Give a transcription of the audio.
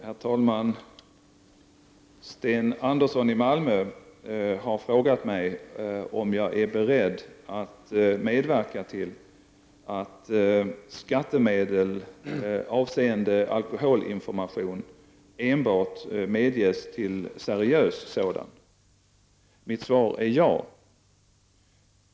Herr talman! Sten Andersson i Malmö har frågat mig om jag är beredd att medverka till att skattemedel avseende alkoholinformation enbart medges till seriös sådan. Mitt svar är ja.